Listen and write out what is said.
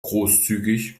großzügig